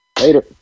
later